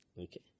Okay